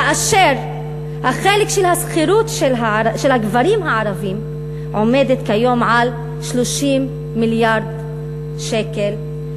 כאשר החלק של השכירות של הגברים הערבים עומד כיום על 30 מיליארד שקל,